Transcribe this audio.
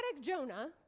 jonah